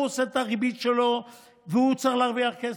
הוא עושה את הריבית שלו והוא צריך להרוויח כסף.